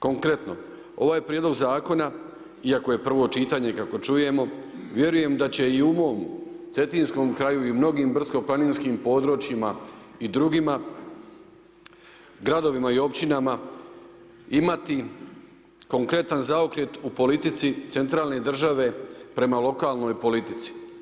Konkretno ovaj prijedlog zakona iako je prvo čitanje kako čujemo vjerujem da će i u mom cetinskom kraju i u mnogim brdsko-planinskim područjima i drugima gradovima i općinama imati konkretan zaokret u politici centralne države prema lokalnoj politici.